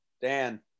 Dan